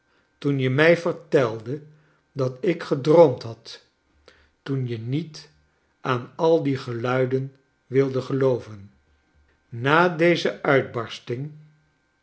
toen je mij vertelde dat ik gedroomd had toen je niet aan al die geluiden wilde gelooven ka deze uitbarsting